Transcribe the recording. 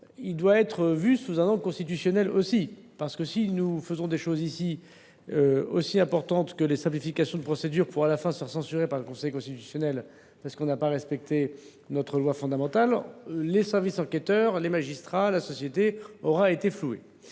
aussi être analysé sous un angle constitutionnel : si nous décidons ici de choses aussi importantes que des simplifications de procédure pour, à la fin, se faire censurer par le Conseil constitutionnel parce que nous n’aurons pas respecté notre loi fondamentale, les services enquêteurs, les magistrats, la société auront été floués.